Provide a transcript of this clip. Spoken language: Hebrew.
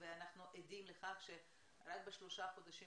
ואנחנו עדים לכך שרק בשלושה החודשים